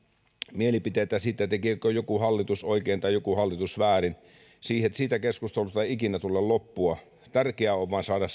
mielipiteitä siitä tekeekö joku hallitus oikein tai joku hallitus väärin siitä keskustelusta ei ikinä tule loppua tärkeää on vain saada